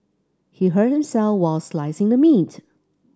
he hurt himself while slicing the meat